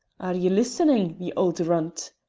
are ye listenin', ye auld runt?